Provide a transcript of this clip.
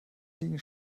liegen